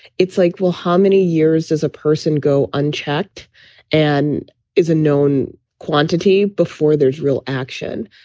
it's like, well, how many years as a person go unchecked and is a known quantity before there's real action?